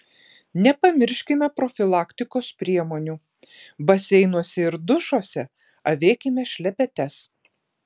nepamirškime profilaktikos priemonių baseinuose ir dušuose avėkime šlepetes